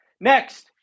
Next